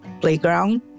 playground